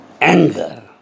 anger